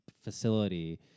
facility